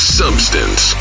substance